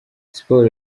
siporo